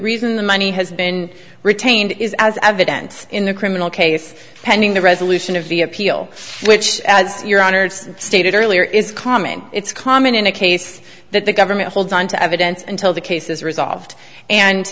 reason the money has been retained is as evidence in a criminal case pending the resolution of the appeal which as your honor it's stated earlier is common it's common in a case that the government holds on to evidence until the case is resolved